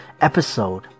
Episode